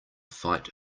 fight